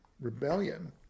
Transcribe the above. rebellion